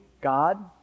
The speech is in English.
God